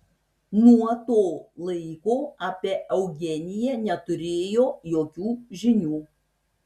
nuo to laiko apie eugeniją neturėjo jokių žinių